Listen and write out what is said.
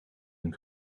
een